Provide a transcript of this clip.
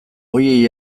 horiei